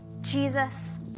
Jesus